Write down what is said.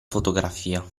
fotografia